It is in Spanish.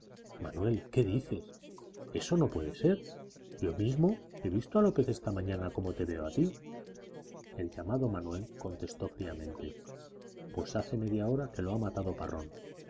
manuel qué dices eso no puede ser yo mismo he visto a lópez esta mañana como te veo a ti el llamado manuel contestó fríamente pues hace media hora que lo ha matado parrón